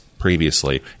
previously